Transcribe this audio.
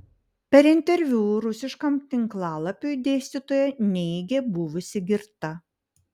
per interviu rusiškam tinklalapiui dėstytoja neigė buvusi girta